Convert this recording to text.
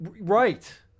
right